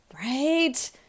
right